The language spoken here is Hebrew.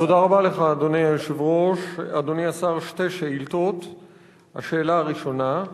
אדוני היושב-ראש, תודה רבה לך,